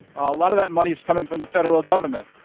a lot of that money is coming from the federal government,